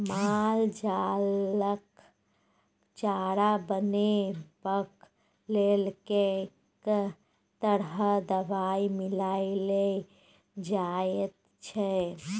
माल जालक चारा बनेबाक लेल कैक तरह दवाई मिलाएल जाइत छै